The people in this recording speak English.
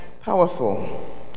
Powerful